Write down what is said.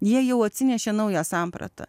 jie jau atsinešė naują sampratą